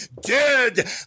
dead